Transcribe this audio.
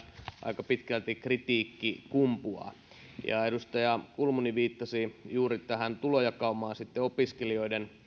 aika pitkälti kritiikki kumpuaa edustaja kulmuni viittasi juuri tähän tulojakaumaan sitten opiskelijoiden